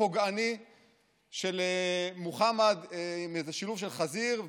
פוגעני של מוחמד עם איזה שילוב של חזיר,